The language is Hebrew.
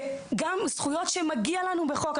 וגם זכויות שמגיעות לנו כחוק.